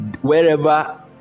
wherever